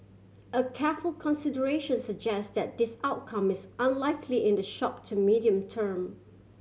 a careful consideration suggests that this outcome is unlikely in the short to medium term